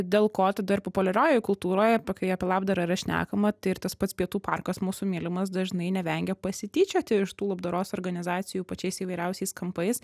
dėl ko tada ir populiariojoj kultūroj apie kai apie labdarą yra šnekama tai ir tas pats pietų parkas mūsų mylimas dažnai nevengia pasityčioti iš tų labdaros organizacijų pačiais įvairiausiais kampais